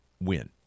win